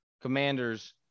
Commanders